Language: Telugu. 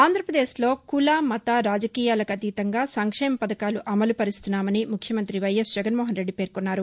ఆంధ్రాప్రదేశ్లో కుల మత రాజకీయాలకు అతీతంగా సంక్షేమ పధకాలు అమలు పరుస్తున్నామని ముఖ్యమంత్రి వైఎస్ జగన్మోహన్రెడ్డి పేర్కొన్నారు